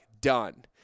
done